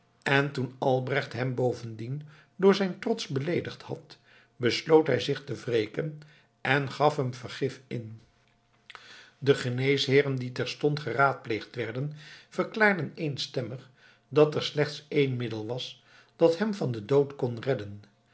en toen albrecht hem bovendien door zijn trots beleedigd had besloot hij zich te wreken en gaf hem vergif in de geneesheren die terstond geraadpleegd werden verklaarden eenstemmig dat er slechts één middel was dat hem van den dood kon redden